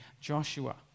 Joshua